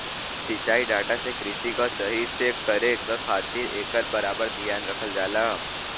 सिंचाई डाटा से कृषि के सही से करे क खातिर एकर बराबर धियान रखल जाला